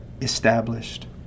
established